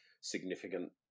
significant